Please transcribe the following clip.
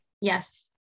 yes